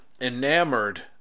enamored